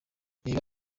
reba